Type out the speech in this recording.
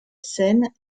sen